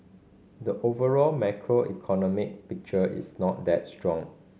the overall macroeconomic picture is not that strong